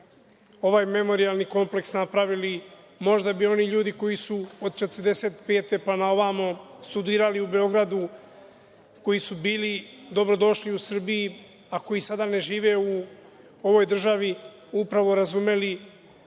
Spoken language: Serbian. ovaj memorijalni kompleks napravili, možda bi oni ljudi koji su od 1945. godine pa na ovamo, studirali u Beogradu, koji su bili dobrodošli u Srbiju, a koji sada ne žive u ovoj državi, upravo razumeli